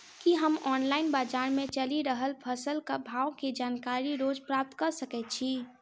की हम ऑनलाइन, बजार मे चलि रहल फसलक भाव केँ जानकारी रोज प्राप्त कऽ सकैत छी?